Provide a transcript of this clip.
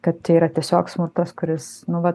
kad tai yra tiesiog smurtas kuris nu va